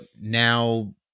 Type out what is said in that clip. now